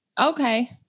Okay